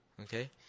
okay